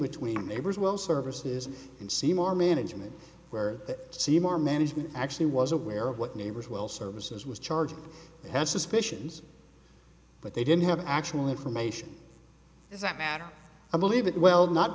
between neighbors well services and seymour management where seymour management actually was aware of what neighbors well services was charging had suspicions but they didn't have the actual information is that matter i believe it well not